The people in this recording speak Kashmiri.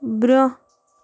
برٛونٛہہ